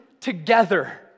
together